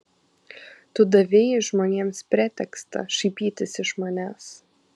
tu davei žmonėms pretekstą šaipytis iš manęs